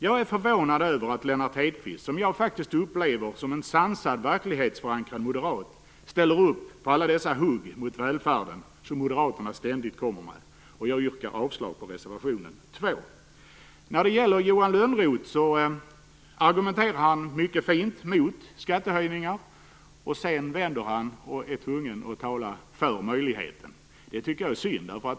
Jag är förvånad över att Lennart Hedquist, som jag upplever som en sansad, verklighetsförankrad moderat, ställer upp på alla dessa hugg mot välfärden som moderaterna ständigt gör, och jag yrkar avslag på reservation 2. Johan Lönnroth argumenterar mycket fint mot skattehöjningar, men sedan vänder han och är tvungen att tala för möjligheten. Det tycker jag är synd.